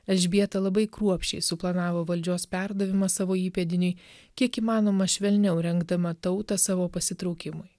elžbieta labai kruopščiai suplanavo valdžios perdavimą savo įpėdiniui kiek įmanoma švelniau rengdama tautą savo pasitraukimui